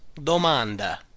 domanda